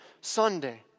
Sunday